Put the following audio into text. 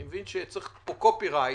אני מבין שצריך פה קופירייט,